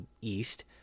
east